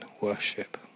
worship